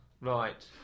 Right